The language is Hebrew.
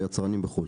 ליצרנים בחו"ל.